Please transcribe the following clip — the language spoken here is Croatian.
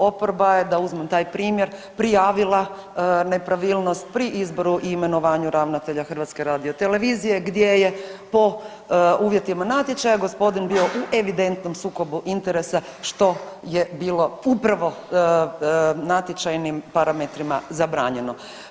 Oporba je da uzmem taj primjer, prijavila nepravilnosti pri izboru i imenovanju ravnatelja HRT-a gdje je po uvjetima natječaja gospodin bio u evidentnom sukobu interesa što je bilo upravo natječajnim parametrima zabranjeno.